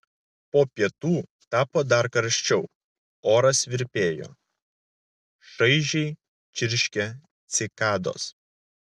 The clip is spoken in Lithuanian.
po pietų tapo dar karščiau oras virpėjo šaižiai čirškė cikados